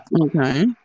okay